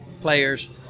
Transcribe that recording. players